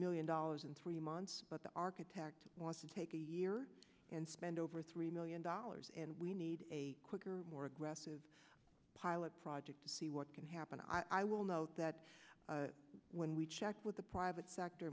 million dollars in three months but the architect wants to take a year and spend over three million dollars and we need a quicker more aggressive pilot project to see what can happen i will note that when we checked with the private sector